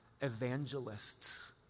evangelists